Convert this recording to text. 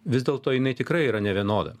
vis dėlto jinai tikrai yra nevienoda